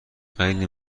خیلی